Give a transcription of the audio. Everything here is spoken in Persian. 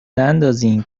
نندازین